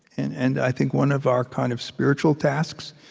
and and i think one of our kind of spiritual tasks,